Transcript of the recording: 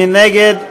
מי נגד?